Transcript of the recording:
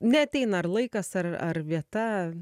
neateina ar laikas ar ar vieta